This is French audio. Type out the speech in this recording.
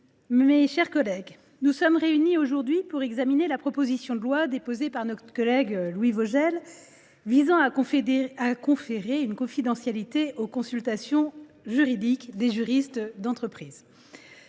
mes chers collègues, nous sommes réunis aujourd’hui pour examiner la proposition de loi, déposée par notre collègue Louis Vogel, visant à garantir la confidentialité des consultations juridiques des juristes d’entreprise.